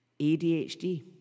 ADHD